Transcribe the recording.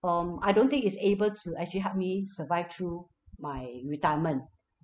um I don't think it's able to actually help me survive through my retirement